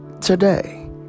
today